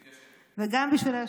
אני מתיישב.